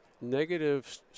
negative